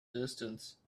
distance